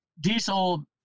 diesel